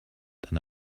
than